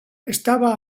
estaba